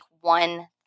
one